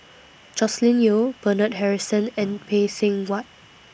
Joscelin Yeo Bernard Harrison and Phay Seng Whatt